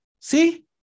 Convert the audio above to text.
See